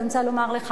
אני רוצה לומר לך